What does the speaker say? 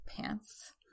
pants